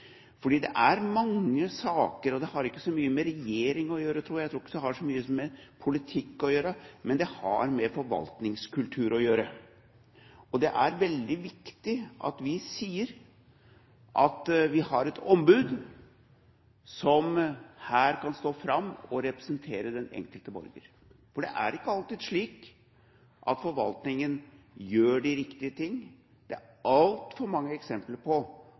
det er mange saker, og det har ikke så mye med regjering å gjøre, tror jeg, jeg tror ikke det har så mye med politikk å gjøre, men det har med forvaltningskultur å gjøre. Det er veldig viktig at vi sier at vi har et ombud som kan stå fram og representere den enkelte borger, for det er ikke alltid slik at forvaltningen gjør de riktige ting. Det er altfor mange eksempler på